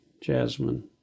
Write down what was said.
Jasmine